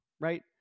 right